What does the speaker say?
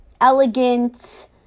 elegant